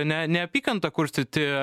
ne neapykantą kurstyti